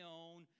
own